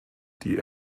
die